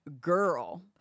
girl